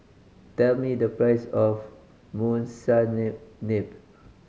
tell me the price of Monsunabe